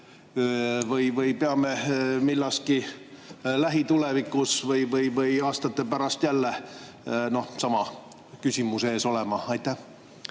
või oleme millaski lähitulevikus või aastate pärast jälle sama küsimuse ees? Aitäh!